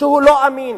והוא לא אמין.